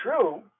true